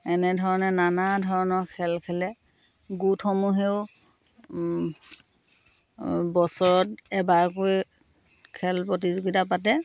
এনেধৰণে নানা ধৰণৰ খেল খেলে গোটসমূহেও বছৰত এবাৰকৈ খেল প্ৰতিযোগিতা পাতে